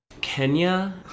Kenya